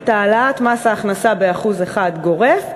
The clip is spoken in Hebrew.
את העלאת מס ההכנסה ב-1% גורף,